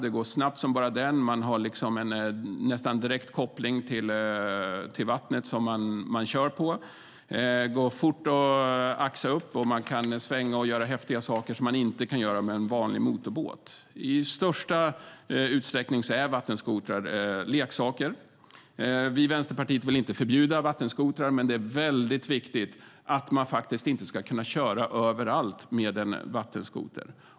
Det går snabbt som bara den, och man har nästan direkt koppling till vattnet man kör på. Det går fort att axa, och man kan svänga och göra häftiga saker som man inte kan göra med en vanlig motorbåt. Till stor utsträckning är vattenskotrar leksaker. Vänsterpartiet vill inte förbjuda vattenskotrar, men det är viktigt att man inte ska kunna köra överallt med en vattenskoter.